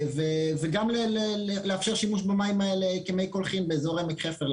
וגם לאפשר שימוש במים האלה כמי קולחים באזור עמק חפר,